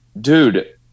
dude